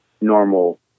normal